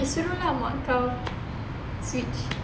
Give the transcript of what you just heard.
eh suruh ah mak kau switch